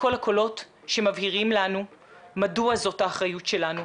כל הקולות שמבהירים לנו מדוע זאת האחריות שלנו.